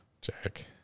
Jack